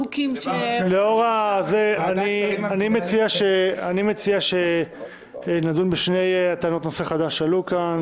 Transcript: אני מציע שנדון בשתי טענות נושא החדש שעלו כאן,